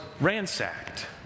ransacked